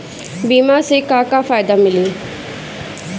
बीमा से का का फायदा मिली?